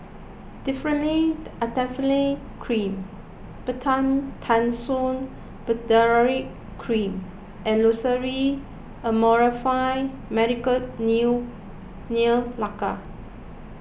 Differin Adapalene Cream Betamethasone Valerate Cream and Loceryl Amorolfine Medicated new Nail Lacquer